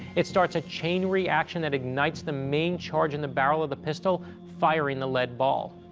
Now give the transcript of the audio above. it starts a chain reaction that ignites the main charge in the barrel of the pistol, firing the lead ball.